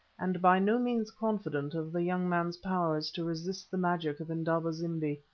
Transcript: and by no means confident of the young man's powers to resist the magic of indaba-zimbi.